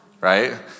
Right